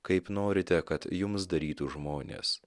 kaip norite kad jums darytų žmonės